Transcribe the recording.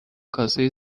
کاسه